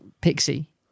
Pixie